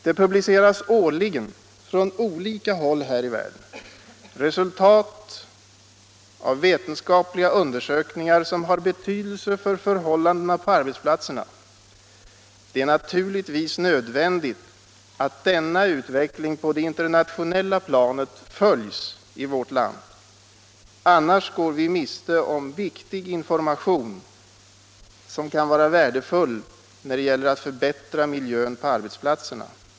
Det publiceras årligen från olika håll här i världen resultat av vetenskapliga undersökningar som har betydelse för förhållandena på arbetsplatserna. Det är naturligtvis nödvändigt att denna utveckling på det internationella planet följs i vårt land. Annars går vi miste om viktig information som kan vara värdefullt när det gäller att förbättra miljön på arbetsplatserna.